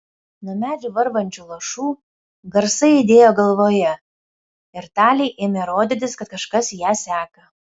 nuo medžių varvančių lašų garsai aidėjo galvoje ir talei ėmė rodytis kad kažkas ją seka